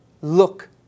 look